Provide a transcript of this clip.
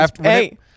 Hey